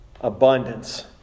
abundance